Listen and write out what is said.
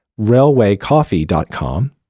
RailwayCoffee.com